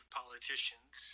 politicians